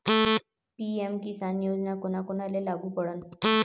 PM किसान योजना कोना कोनाले लागू पडन?